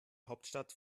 hauptstadt